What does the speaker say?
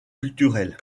culturel